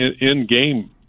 in-game